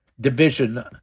division